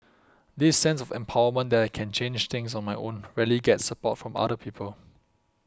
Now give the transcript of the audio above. this sense of empowerment that I can change things on my own rarely gets support from other people